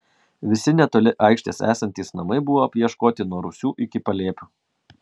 visi netoli aikštės esantys namai buvo apieškoti nuo rūsių iki palėpių